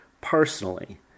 personally